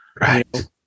right